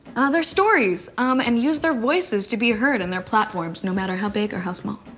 their stories, um and use their voices to be heard, and their platforms, no matter how big or how small.